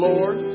Lord